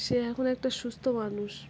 সে এখন একটা সুস্থ মানুষ